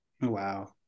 Wow